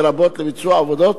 לרבות ביצוע עבודות,